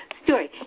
story